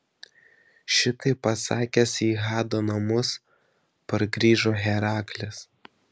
šitai pasakęs į hado namus pargrįžo heraklis